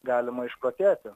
galima išprotėti